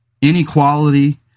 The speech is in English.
inequality